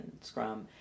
Scrum